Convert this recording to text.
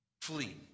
flee